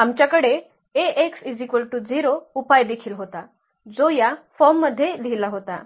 आमच्याकडे Ax 0 उपाय देखील होता जो या फॉर्ममध्ये लिहिला होता